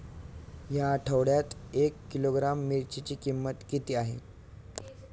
या आठवड्यात एक किलोग्रॅम मिरचीची किंमत किती आहे?